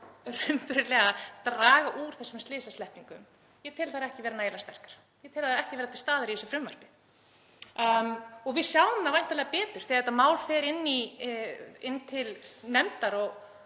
að draga úr þessum slysasleppingum, ekki vera nægilega sterkar. Ég tel það ekki vera til staðar í þessu frumvarpi. Við sjáum það væntanlega betur þegar þetta mál fer inn til nefndar og